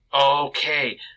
Okay